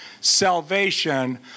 salvation